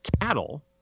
cattle